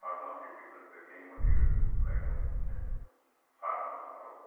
pharmaceutical packing material સપ્લાયનો business સારામાં સારો